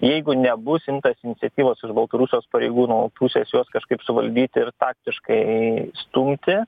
jeigu nebus imtasi iniciatyvos iš baltarusijos pareigūnų pusės juos kažkaip suvaldyti ir taktiškai stumti